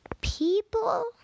people